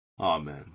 Amen